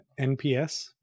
NPS